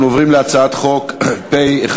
אנחנו עוברים להצעת חוק פ/1823,